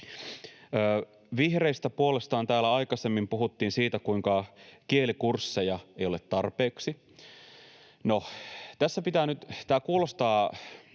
Vihreistä puolestaan täällä aikaisemmin puhuttiin siitä, kuinka kielikursseja ei ole tarpeeksi. Jos me aletaan